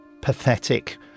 pathetic